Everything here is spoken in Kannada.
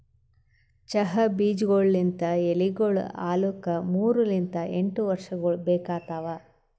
ಚಹಾ ಬೀಜಗೊಳ್ ಲಿಂತ್ ಎಲಿಗೊಳ್ ಆಲುಕ್ ಮೂರು ಲಿಂತ್ ಎಂಟು ವರ್ಷಗೊಳ್ ಬೇಕಾತವ್